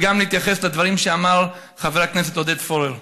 וגם להתייחס לדברים שאמר חבר הכנסת עודד פורר.